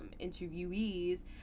interviewees